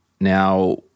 Now